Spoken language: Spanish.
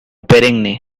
perenne